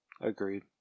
Agreed